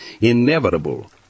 inevitable